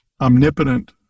omnipotent